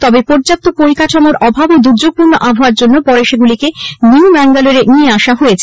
তবে পর্যাপ্ত পরিকাঠামোর অভাব ও দুর্যোগপূর্ণ আবহাওয়ার জন্য পরে সেগুলিকে নিউ ব্যাঙ্গালোরে নিয়ে আসা হয়